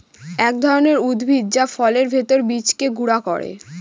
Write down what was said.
এক ধরনের উদ্ভিদ যা ফলের ভেতর বীজকে গুঁড়া করে